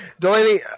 Delaney